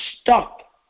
stuck